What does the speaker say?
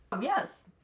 Yes